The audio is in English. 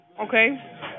Okay